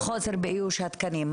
חוסר באיוש התקנים,